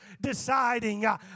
deciding